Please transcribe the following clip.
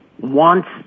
wants